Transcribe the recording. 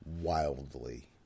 wildly